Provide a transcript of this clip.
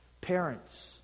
Parents